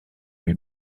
lui